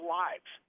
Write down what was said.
lives